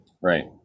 right